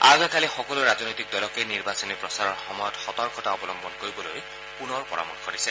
আয়োগে কালি সকলো ৰাজনৈতিক দলকে নিৰ্বাচনী প্ৰচাৰৰ সময়ত সতৰ্কতা অৱলম্বন কৰিবলৈ পূনৰ পৰামৰ্শ দিছে